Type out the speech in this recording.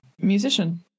musician